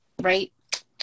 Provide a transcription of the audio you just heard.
right